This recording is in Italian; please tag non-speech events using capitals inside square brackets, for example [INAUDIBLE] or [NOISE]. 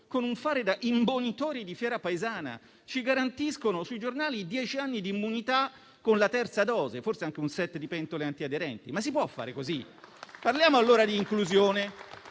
con un fare da imbonitori di fiera paesana, ci garantiscono sui giornali dieci anni di immunità con la terza dose e, forse, anche un *set* di pentole antiaderenti. [APPLAUSE] Ma si può fare così? Parliamo allora di inclusione.